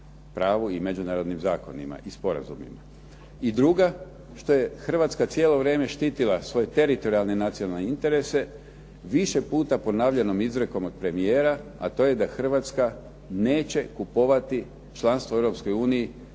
I druga, što je Hrvatska cijelo vrijeme štitila svoje teritorijalne nacionalne interese, više puta ponavljanom izrekom od premijera, a to je da Hrvatska neće kupovati članstvo u Europskoj uniji